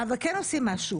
אבל כן עושים משהו